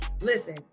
Listen